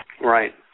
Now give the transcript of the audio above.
Right